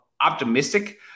optimistic